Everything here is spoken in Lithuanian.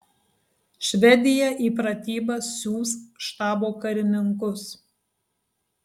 švedija į pratybas siųs štabo karininkus